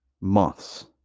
months